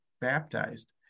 baptized